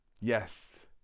Yes